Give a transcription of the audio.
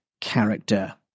character